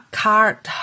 card